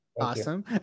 Awesome